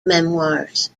memoirs